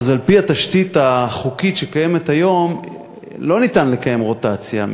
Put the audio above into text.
על-פי התשתית החוקית שקיימת היום אין אפשרות לקיים רוטציה,